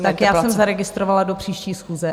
Tak já jsem zaregistrovala do příští schůze.